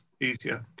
easier